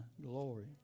Glory